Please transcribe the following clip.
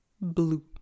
blue